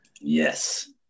Yes